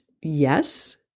yes